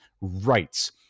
rights